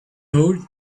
hold